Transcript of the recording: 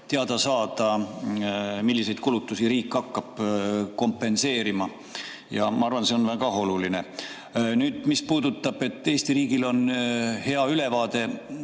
teada saada, milliseid kulutusi riik hakkab kompenseerima. Ja ma arvan, et see on väga oluline. Mis puudutab seda, et Eesti riigil on hea ülevaade,